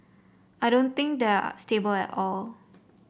I don't think they are stable at all